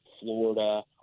Florida